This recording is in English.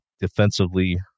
defensively